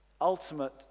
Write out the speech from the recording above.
ultimate